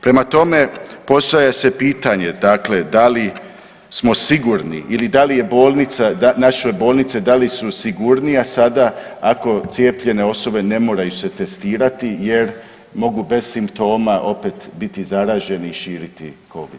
Prema tome, postavlja se pitanje, dakle da li smo sigurni ili da li je bolnica, naše bolnice da li su sigurnije sada ako cijepljenje osobe ne moraju se testirati jer mogu bez simptoma opet biti zaraženi i širiti covid?